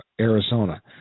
Arizona